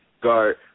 guard